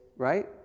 Right